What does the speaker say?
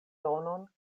donon